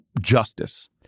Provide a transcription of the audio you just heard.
justice